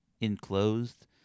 enclosed